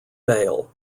bail